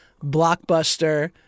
Blockbuster